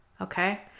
Okay